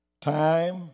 Time